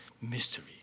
mystery